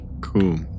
Cool